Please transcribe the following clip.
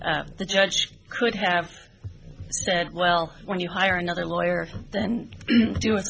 the judge could have said well when you hire another lawyer then d